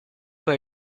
per